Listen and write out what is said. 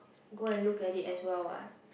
go and look at it as well what